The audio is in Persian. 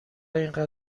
اینقدر